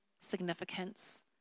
significance